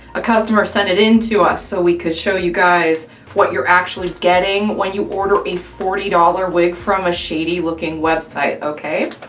a customer sent it in to us so we could show you guys what you're actually getting when you order a forty dollars wig from a shady looking website, okay?